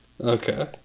Okay